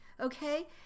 okay